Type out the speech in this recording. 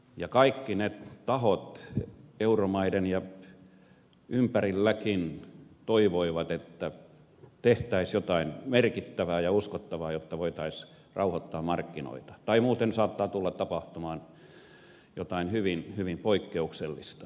ja kaikki ne tahot euromaiden ja ympärilläkin toivoivat että tehtäisiin jotain merkittävää ja uskottavaa jotta voitaisiin rauhoittaa markkinoita tai muuten saattaa tulla tapahtumaan jotain hyvin poikkeuksellista